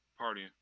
partying